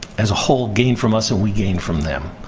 as a whole, gain from us and we gain from them.